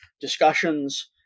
discussions